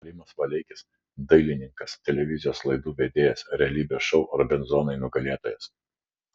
rimas valeikis dailininkas televizijos laidų vedėjas realybės šou robinzonai nugalėtojas